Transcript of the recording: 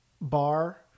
bar